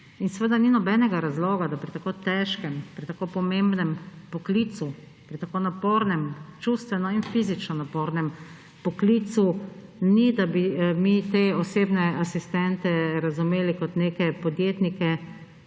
In seveda ni nobenega razloga, da bi mi pri tako težkem, pri tako pomembnem poklicu, pri tako čustveno in fizično napornem poklicu te osebne asistente razumeli kot neke podjetnike,